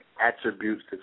attributes